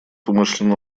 умышленно